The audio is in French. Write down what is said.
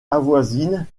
avoisine